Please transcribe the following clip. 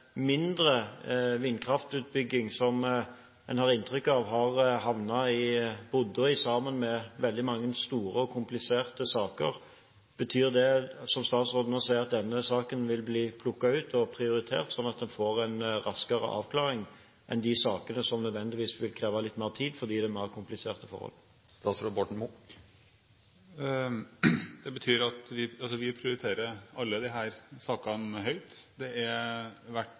mindre vindkraftutbygging som en har inntrykk av har havnet i bunken sammen med veldig mange store og kompliserte saker. Betyr det som statsråden nå sier, at denne saken vil bli plukket ut og prioritert, slik at en får en raskere avklaring enn i de sakene som nødvendigvis vil kreve litt mer tid fordi det i dem er mer kompliserte forhold? Det betyr at vi vil prioritere alle disse sakene høyt. Det har vært en omfattende behandling som har tatt tid. Det er